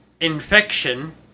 infection